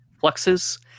fluxes